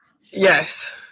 Yes